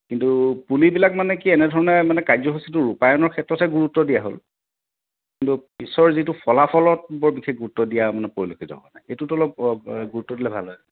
কিন্তু পুলিবিলাক মানে কি এনেধৰণে মানে কাৰ্য্যসূচীটো ৰূপায়নৰ ক্ষেত্ৰতহে গুৰুত্ব দিয়া হ'ল কিন্তু পিছৰ যিটো ফলাফলত বৰ বিশেষ গুৰুত্ব দিয়া মানে পৰিলক্ষিত হোৱা নাই এইটোত অলপ গুৰুত্ব দিলে ভাল হয়